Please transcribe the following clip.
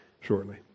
shortly